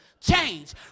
change